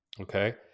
Okay